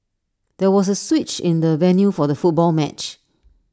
there was A switch in the venue for the football match